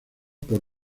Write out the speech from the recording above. por